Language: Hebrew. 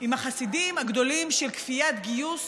עם החסידים הגדולים של כפיית גיוס